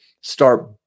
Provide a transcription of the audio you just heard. start